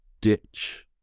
ditch